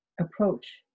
approach